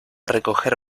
recoger